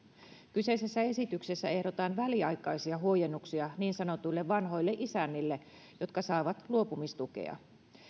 kyseisessä esityksessä ehdotetaan väliaikaisia huojennuksia niin sanotuille vanhoilleisännille jotka saavat luopumistukea